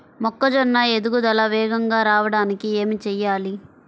మొక్కజోన్న ఎదుగుదల వేగంగా రావడానికి ఏమి చెయ్యాలి?